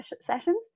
sessions